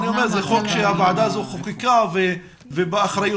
זה חוק שהוועדה הזאת חוקקה ובאחריותנו